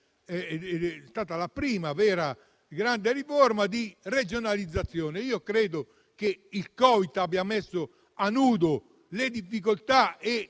è stata la prima vera grande riforma di regionalizzazione. Io credo che il Covid-19 abbia messo a nudo le difficoltà e